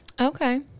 Okay